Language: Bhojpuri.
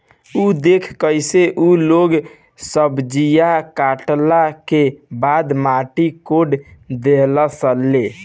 उ देखऽ कइसे उ लोग सब्जीया काटला के बाद माटी कोड़ देहलस लो